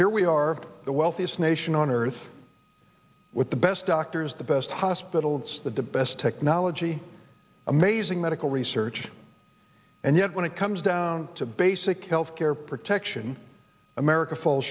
here we are the wealthiest nation on earth with the best doctors the best hospitals with the best technology amazing medical research and yet when it comes down to basic health care protection america fall